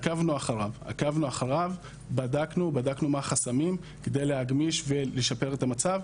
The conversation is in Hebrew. עקבנו אחריו ובדקנו מה החסמים כדי להגמיש ולשפר את המצב.